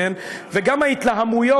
וגם ההתלהמויות,